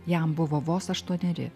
jam buvo vos aštuoneri